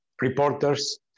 reporters